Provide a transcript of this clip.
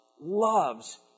loves